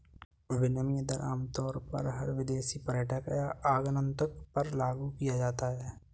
विनिमय दर आमतौर पर हर विदेशी पर्यटक या आगन्तुक पर लागू किया जाता है